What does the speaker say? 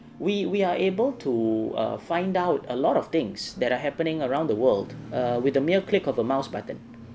we we are able to err find out a lot of things that are happening around the world err with a mere click of a mouse button